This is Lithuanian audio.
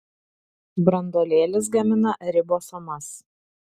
branduolėlis gamina ribosomas